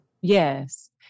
Yes